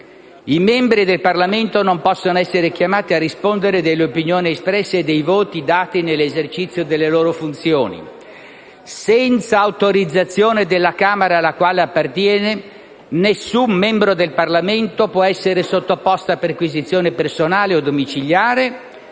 «I membri del Parlamento non possono essere chiamati a rispondere delle opinioni espresse e dei voti dati nell'esercizio delle loro funzioni. Senza autorizzazione della Camera alla quale appartiene, nessun membro del Parlamento può essere sottoposto a perquisizione personale o domiciliare,